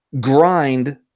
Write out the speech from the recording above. grind